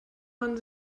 man